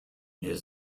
his